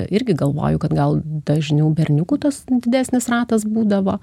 irgi galvoju kad gal dažniau berniukų tas didesnis ratas būdavo